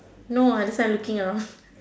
no I start looking